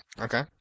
Okay